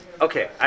okay